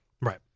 right